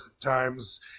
times